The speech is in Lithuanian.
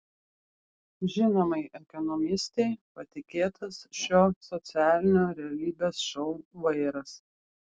žinomai ekonomistei patikėtas šio socialinio realybės šou vairas